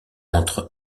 entre